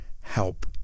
help